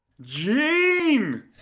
Gene